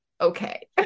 okay